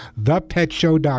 Thepetshow.com